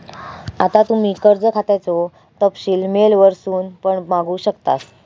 आता तुम्ही कर्ज खात्याचो तपशील मेल वरसून पण मागवू शकतास